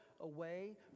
away